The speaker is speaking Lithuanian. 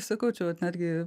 sakau čia vat netgi